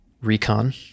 recon